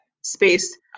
space